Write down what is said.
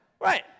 right